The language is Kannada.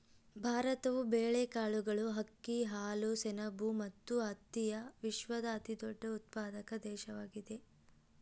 ಭಾರತವು ಬೇಳೆಕಾಳುಗಳು, ಅಕ್ಕಿ, ಹಾಲು, ಸೆಣಬು ಮತ್ತು ಹತ್ತಿಯ ವಿಶ್ವದ ಅತಿದೊಡ್ಡ ಉತ್ಪಾದಕ ದೇಶವಾಗಿದೆ